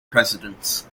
presidents